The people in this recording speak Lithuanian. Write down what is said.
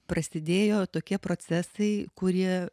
prasidėjo tokie procesai kurie